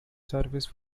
service